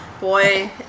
boy